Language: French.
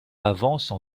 avancent